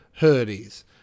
hoodies